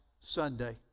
Sunday